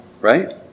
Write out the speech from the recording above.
right